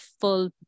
full